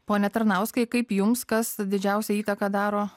pone tarnauskai kaip jums kas didžiausią įtaką daro